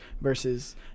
versus